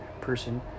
person